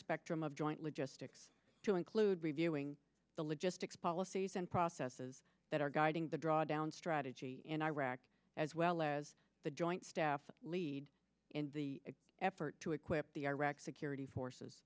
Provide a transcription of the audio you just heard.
spectrum of joint logistics to include reviewing the logistics policies and processes that are guiding the drawdown strategy in iraq as well as the joint staff lead in the effort to equip the iraqi security forces